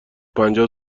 پنجاه